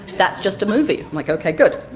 that's just a movie. i'm like, okay, good.